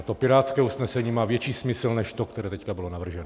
A to pirátské usnesení má větší smysl než to, které teď bylo navrženo.